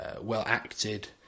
well-acted